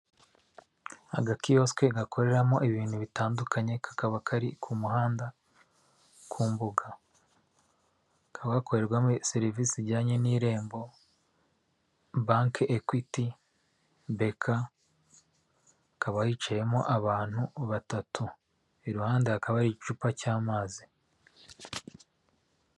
Agakiyosike gakoreramo ibintu bitandukanye kakaba kari ku muhanda ku mbuga kakaba gakorerwamo serivisi zijyanye n'irembo banki equity beka hakaba hicayemo abantu batatu iruhande hakaba igicupa cy'amazi.